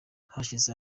hashize